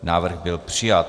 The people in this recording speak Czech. Návrh byl přijat.